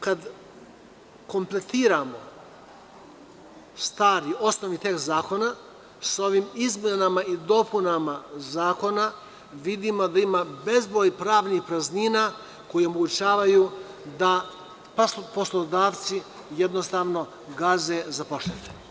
Kad kompletiramo stari, osnovni tekst zakona, s ovim izmenama i dopunama zakona, vidimo da ima bezbroj pravnih praznina koje omogućavaju da poslodavci jednostavno gaze zaposlene.